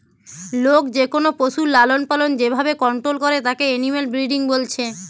লোক যেকোনো পশুর লালনপালন যে ভাবে কন্টোল করে তাকে এনিম্যাল ব্রিডিং বলছে